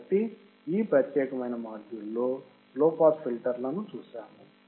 కాబట్టి ఈ ప్రత్యేకమైన మాడ్యూల్లో లో పాస్ ఫిల్టర్ను చూశాము